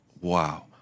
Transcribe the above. wow